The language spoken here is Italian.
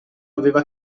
aveva